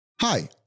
Hi